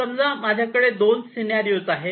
समजा माझ्याकडे दोन सीनारिओ आहे